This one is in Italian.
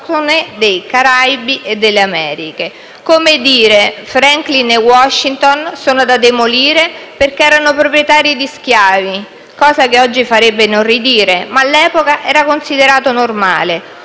monumenti a Franklin e Washington sono da demolire perché essi erano proprietari di schiavi, cosa che oggi farebbe inorridire, ma che all'epoca era considerata normale.